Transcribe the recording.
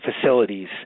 facilities